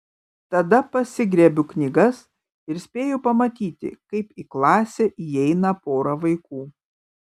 tada pasigriebiu knygas ir spėju pamatyti kaip į klasę įeina pora vaikų